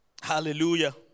Hallelujah